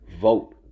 Vote